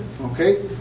okay